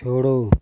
छोड़ो